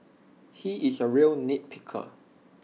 he is A real nitpicker